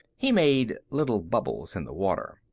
he made little bubbles in the water.